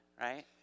right